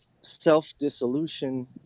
self-dissolution